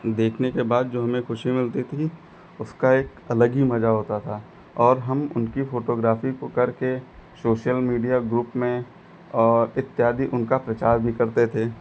देखने के बाद जो हमें ख़ुशी मिलती थी उसका एक अलग ही मज़ा होता था और हम उनकी फ़ोटोग्राफी को करके सोशल मीडिया ग्रुप में और इत्यादि उनका प्रचार भी करते थे